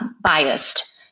biased